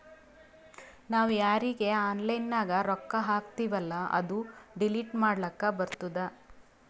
ನಾವ್ ಯಾರೀಗಿ ಆನ್ಲೈನ್ನಾಗ್ ರೊಕ್ಕಾ ಹಾಕ್ತಿವೆಲ್ಲಾ ಅದು ಡಿಲೀಟ್ ಮಾಡ್ಲಕ್ ಬರ್ತುದ್